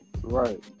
Right